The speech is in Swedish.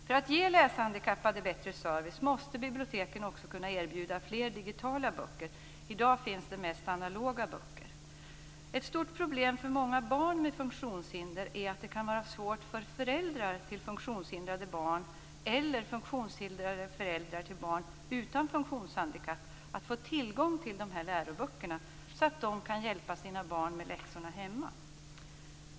För att ge läshandikappade bättre service måste biblioteken också kunna erbjuda fler digitala böcker. I dag finns det mest analoga böcker. Ett stort problem för många barn med funktionshinder är att det kan vara svårt för föräldrar till funktionshindrade barn, eller funktionshindrade föräldrar till barn utan funktionshandikapp, att få tillgång till dessa läroböcker så att de kan hjälpa sina barn med läxorna hemma.